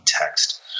text